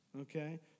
okay